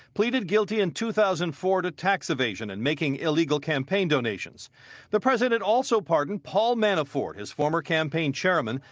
pleaded guilty in two thousand and four to tax evasion and making illegal campaign donations the president also pardoned paul manafort, his former campaign chairman,